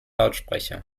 lautsprecher